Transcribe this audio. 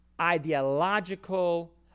ideological